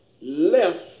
left